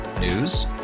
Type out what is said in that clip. News